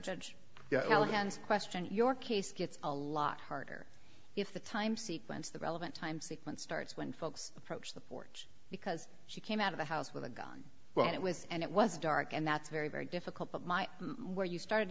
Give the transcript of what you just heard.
judge question your case gets a lot harder if the time sequence the relevant time sequence starts when folks approach the porch because she came out of the house with a gun when it was and it was dark and that's very very difficult but my where you started